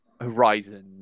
Horizon